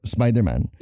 Spider-Man